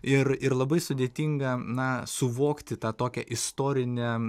ir ir labai sudėtinga na suvokti tą tokią istorinę